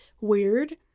weird